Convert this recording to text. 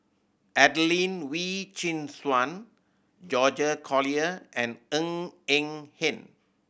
Adelene Wee Chin Suan George Collyer and Ng Eng Hen